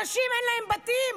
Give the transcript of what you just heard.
אנשים, אין להם בתים.